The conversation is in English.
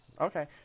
Okay